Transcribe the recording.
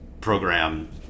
program